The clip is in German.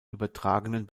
übertragenen